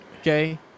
okay